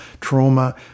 trauma